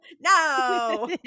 No